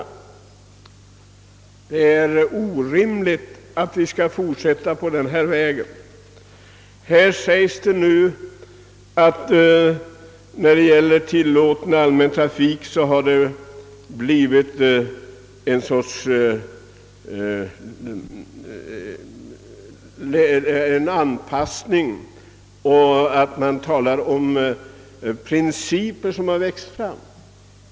Det är orimligt att det skall fortsätta på detta sätt. När det gäller tillåten allmän trafik har, säger man, i svaret, en sorts anpassning ägt rum och man talar om principer som vuxit fram.